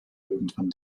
irgendwann